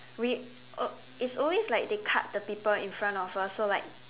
we uh it's always like they cut the people in front of us so like